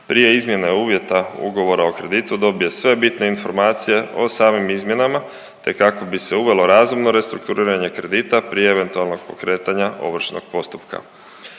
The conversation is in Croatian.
prije izmjene uvjeta ugovora o kreditu dobije sve bitne informacije o samim izmjenama, te kako bi se uvelo razumno restrukturiranje kredita prije eventualnog pokretanja ovršnog postupka.